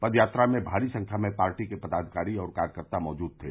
पदयात्रा में भारी संख्या में पार्टी के पदाधिकारी और कार्यकर्ता मौजूद थे